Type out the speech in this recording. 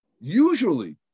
Usually